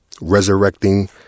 resurrecting